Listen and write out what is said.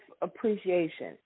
appreciation